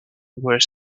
were